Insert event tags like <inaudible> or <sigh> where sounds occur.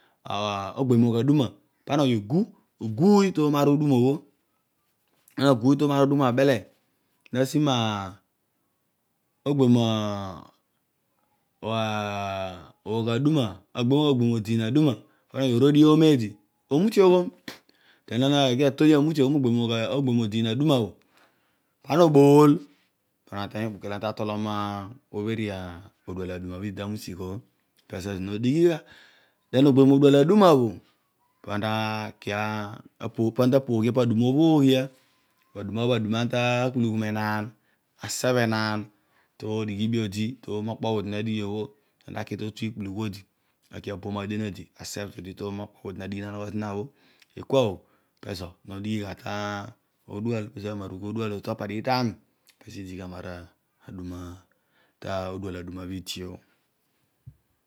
Oh ogbebhiom oog aduna kana oghi ogu, oguyooh to omo ariidum bho, ana na guuy to ono aridum bho abele na ma ogbebhiom <unintelligible> oog, odiin aduma pan oghi orodii omo eedi omutioyom den anighe atodi amutiom oghiom odiin aduma bho pana obool pana nateeny okpoki olo ana tatolom obheri odual aduma bho idi ta ghisigh pezo ezoor no dighi gha, de oghiom odual aduna bho, kana ta leia <hesitation> po na nduma obho ghia, adumo opo bho paaduma olo ana la kpu lughu menaan, asi enaan, to dighi iibi odi tomo kpo bho odi na dighi obho, aki to tu ikpulugher odi, aki abuom adien odi asibu zodi tomo okpo bho odi nadighi nanogho zina bho, ekua bho pezo nodighi gha to dual pezo ama rugh odual bho topa di obho tami pezo idi gha maraduma to odual aduma bho idi bho.